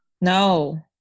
No